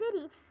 City